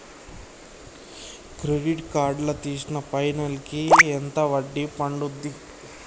Credit card లా తీసిన పైసల్ కి ఎంత వడ్డీ పండుద్ధి?